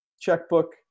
checkbook